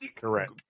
Correct